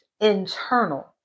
internal